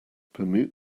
permute